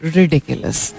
ridiculous